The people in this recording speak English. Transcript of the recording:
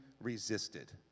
resisted